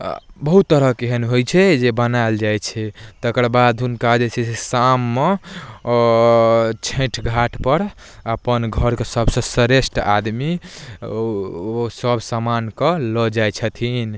आ बहुत तरहके एहन होइ छै जे बनायल जाइ छै तकर बाद हुनका जे छै से शाममे छठि घाटपर अपन घरके सभसँ श्रेष्ठ आदमी ओ सभ सामानकेँ लऽ जाइ छथिन